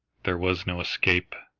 there was no escape!